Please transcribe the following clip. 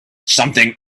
something